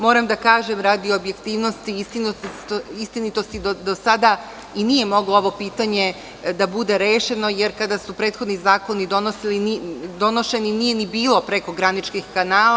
Moram da kažem radi objektivnosti, istinitosti do sada i nije moglo ovo pitanje da bude rešeno, jer kada su prethodni zakoni donošeni nije bilo prekograničnih kanala.